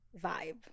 vibe